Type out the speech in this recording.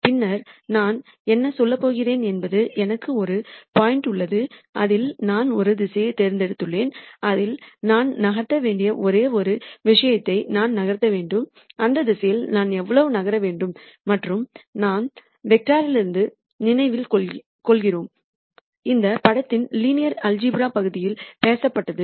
பின்னர் நான் என்ன சொல்லப் போகிறேன் என்பது எனக்கு ஒரு பாயிண்ட் உள்ளது அதில் நான் ஒரு திசையைத் தேர்ந்தெடுத்துள்ளேன் அதில் நான் நகர்த்த வேண்டிய ஒரே ஒரு விஷயத்தை நான் நகர்த்த வேண்டும் இந்த திசையில் நான் எவ்வளவு நகர வேண்டும் மற்றும் நாம் வெக்டார்களிலிருந்து நினைவில் கொள்கிறோம் இந்த பாடத்தின் லீனியர் அல்ஜிப்ரா பகுதியில் பேசப்பட்டது